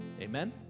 Amen